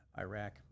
Iraq